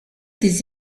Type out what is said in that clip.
des